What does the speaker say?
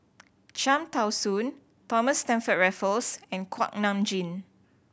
Cham Tao Soon Thomas Stamford Raffles and Kuak Nam Jin